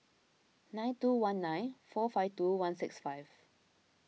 nine two one nine four five two one six five